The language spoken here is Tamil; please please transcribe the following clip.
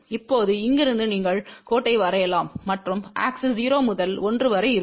இப்போது இங்கிருந்து நீங்கள் கோட்டை வரையலாம் மற்றும் ஆக்ஸிஸ் 0 முதல் 1 வரை இருக்கும்